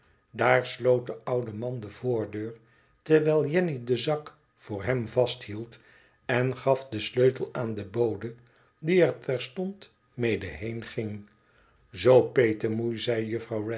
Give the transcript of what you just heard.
daar sloot de oude man de voordeur terwijl jenny den zak voor hem vasthield en gaf den sleutel aan den bode die er terstond mede heenging zoo petemoei zei jufirouw